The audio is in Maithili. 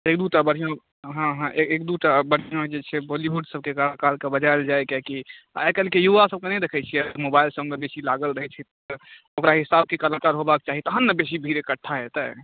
एक दू टा बढ़िआँ हँ हँ एक दू टा बढ़िआँ जे छै बॉलीवुड सभके कलाकारके बजायल जाय कियाकि आइ काल्हिके युवासभके नहि देखैत छियै मोबाइलसभमे बेसी लागल रहैत छै तऽ ओकरा हिसाबके कलाकार होयबाक चाही तखन ने बेसी भीड़ इकठ्ठा हेतै